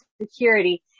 security